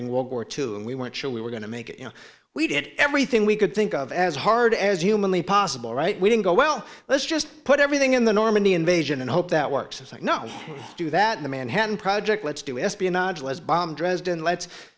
in world war two and we weren't sure we were going to make it we did everything we could think of as hard as humanly possible right we didn't go well let's just put everything in the normandy invasion and hope that works it's like no do that the manhattan project let's do espionage was bombed dresden let's